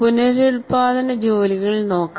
പുനരുൽപാദന ജോലികൾ നോക്കാം